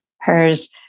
her's